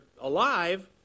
alive